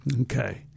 Okay